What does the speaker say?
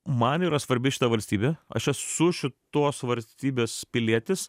man yra svarbi šita valstybė aš esu šitos valstybės pilietis